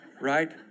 Right